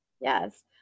Yes